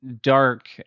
dark